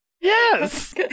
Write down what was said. Yes